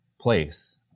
place